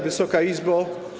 Wysoka Izbo!